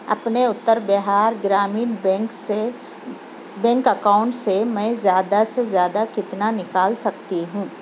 اپنے اُتر بِہار گرامین بینک سے bank account سے میں زیادہ سے زیادہ کتنا نکال سکتی ہوں